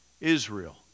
Israel